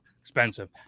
Expensive